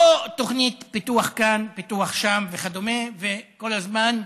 לא תוכנית פיתוח כאן, פיתוח שם, וכדומה, וכל הזמן,